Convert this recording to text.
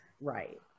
right